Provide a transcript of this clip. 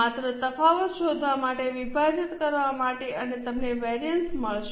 માત્ર તફાવત શોધવા માટે વિભાજીત કરવા માટે અને તમને વિવિધતા મળશે